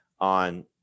on